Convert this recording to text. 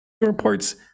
reports